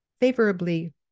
favorably